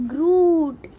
Groot